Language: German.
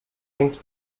denkt